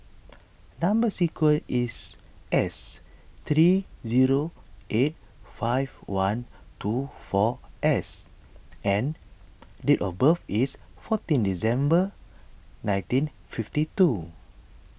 Number Sequence is S three zero eight five one two four S and date of birth is fourteen December nineteen fifty two